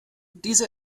diese